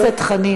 חבר הכנסת חנין.